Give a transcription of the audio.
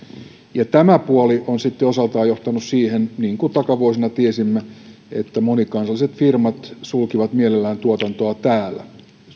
ja tämä puoli on sitten osaltaan johtanut siihen niin kuin takavuosina tiesimme että monikansalliset firmat sulkivat mielellään tuotantoa täällä